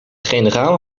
generaal